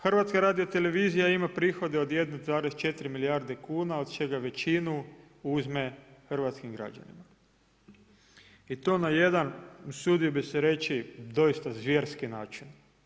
HRT ima prihode od 1,4 milijarde kuna od čega većinu uzme hrvatskim građanima i to na jedan usudio bi se reći, doista zvjerski način.